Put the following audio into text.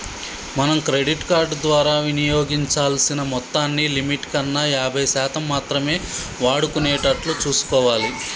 మనం credit card ద్వారా వినియోగించాల్సిన మొత్తాన్ని లిమిట్ కన్నా యాభై శాతం మాత్రమే వాడుకునేటట్లు చూసుకోవాలి